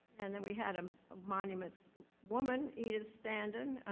and then we had a monuments woman, edith standen,